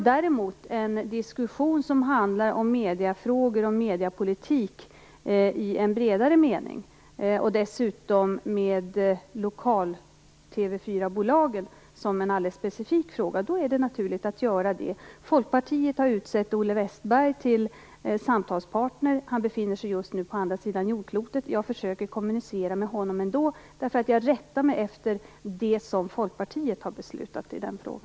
Däremot är det naturligt att göra det när det handlar om en diskussion om mediefåror och mediepolitik i en bredare mening med lokala TV 4-bolag, som är en alldeles specifik fråga. Då är det naturligt att göra det. Folkpartiet har utsett Olle Wästberg till samtalspartner. Han befinner sig just nu på andra sidan jordklotet. Jag försöker kommunicera med honom ändå därför att jag rättar mig efter det som Folkpartiet har beslutat i denna fråga.